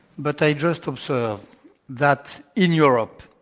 but i just observe that in europe,